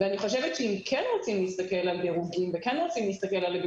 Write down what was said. ואני חושבת שאם כן רוצים להסתכל על דירוגים וכן רוצים להסתכל על